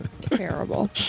Terrible